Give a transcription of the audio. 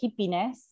hippiness